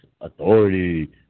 authority